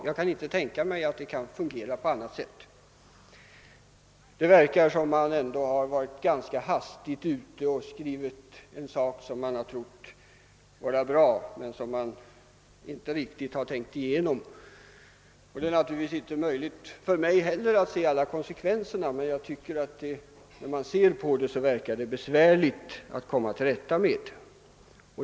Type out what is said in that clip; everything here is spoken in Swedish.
Jag kan inte tänka mig att det kan fungera på annat sätt. Det verkar som om man varit ganska snabbt ute och skrivit ihop något som man trott vara bra men som man inte riktigt har tänkt igenom. Det är naturligtvis inte möjligt för mig heller att se alla konsekvenser, men när man ser närmare på konsekvenserna förefaller det besvärligt att komma till rätta med dem.